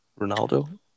Ronaldo